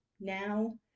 Now